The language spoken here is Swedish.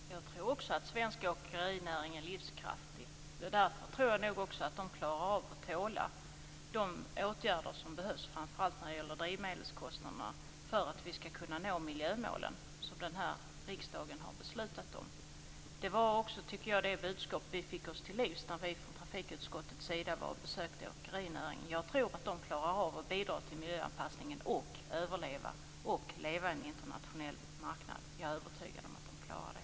Fru talman! Jag tror också att svensk åkerinäring är livskraftig. Därför tror jag nog också att de klarar av att tåla de åtgärder som behövs framför allt när det gäller drivmedelskostnaderna för att vi skall kunna nå de miljömål som den här riksdagen har beslutat om. Det var också, tycker jag, det budskap vi fick oss till livs när vi i trafikutskottet besökte åkerinäringen. Jag tror att man klarar av att bidra till miljöanpassningen, att överleva och att leva på en internationell marknad. Jag är övertygad om att man klarar det.